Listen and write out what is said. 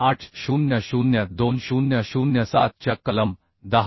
S 800 2007 च्या कलम 10